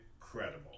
incredible